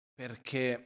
perché